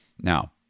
Now